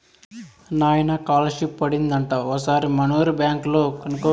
నాయనా కాలర్షిప్ పడింది అంట ఓసారి మనూరి బ్యాంక్ లో కనుకో